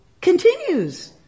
continues